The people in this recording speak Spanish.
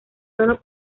sólo